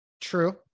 true